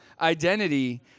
identity